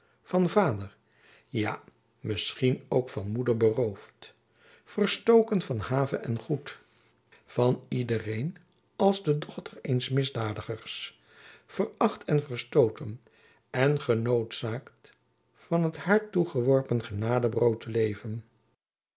van vader ja misschien ook van moeder beroofd verstoken van have en goed van iederjacob van lennep elizabeth musch een als de dochter eens misdadigers veracht en verstooten en genoodzaakt van het haar toegeworpen genadebrood te leven